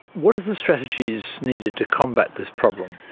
what are the strategies needed to combat this problem?